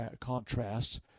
contrasts